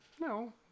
No